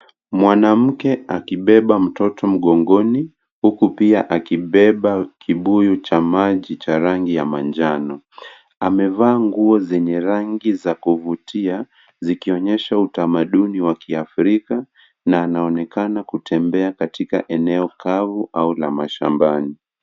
Mwanamke akibeba mtoto mgongoni huku pia akibeba kibuyu cha maji cha rangi ya manjano. Amevaa nguo zenye rangi za kuvutia zikionyesha utamaduni wa kiafrika na anaonekana kutembea katika eneo kavu au la mashambani.